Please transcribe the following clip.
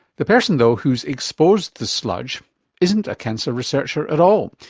the person, though, who's exposed the sludge isn't a cancer researcher at all,